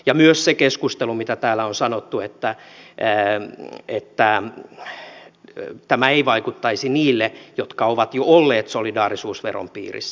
ja myös se keskustelu mitä täällä on sanottu että tämä ei vaikuttaisi niihin jotka ovat jo olleet solidaarisuusveron piirissä